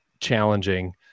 challenging